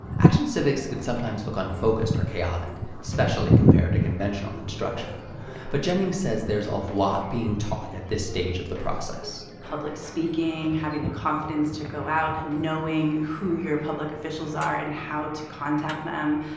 action civics can sometimes look unfocused or chaotic especially compared to conventional instruction but jennings says there's a lot being taught at this stage of the process. public speaking, having the confidence to go out and knowing who your and public officials are and how to contact them.